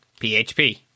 PHP